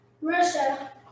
Russia